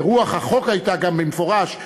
ורוח החוק הייתה גם במפורש,